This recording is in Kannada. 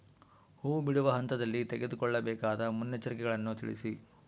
ಹೂ ಬಿಡುವ ಹಂತದಲ್ಲಿ ತೆಗೆದುಕೊಳ್ಳಬೇಕಾದ ಮುನ್ನೆಚ್ಚರಿಕೆಗಳನ್ನು ತಿಳಿಸಿ?